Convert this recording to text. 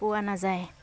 পোৱা নাযায়